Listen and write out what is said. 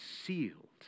sealed